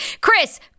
Chris